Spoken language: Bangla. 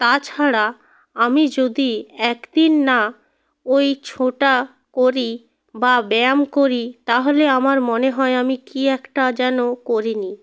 তাছাড়া আমি যদি একদিন না ওই ছোটা করি বা ব্যায়াম করি তাহলে আমার মনে হয় আমি কি একটা যেন করি নি